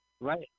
Right